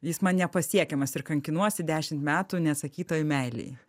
jis man nepasiekiamas ir kankinuosi dešimt metų neatsakytoj meilėj